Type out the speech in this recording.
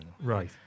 right